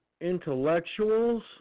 intellectuals